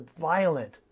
violent